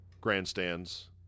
grandstands